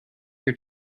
your